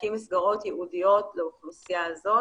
להקים מסגרות ייעודיות לאוכלוסייה הזאת.